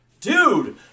Dude